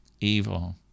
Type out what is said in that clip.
evil